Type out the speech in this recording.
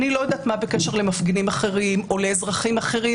אני לא יודעת מה בקשר למפגינים אחרים או לאזרחים אחרים.